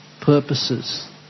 purposes